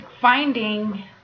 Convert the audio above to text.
finding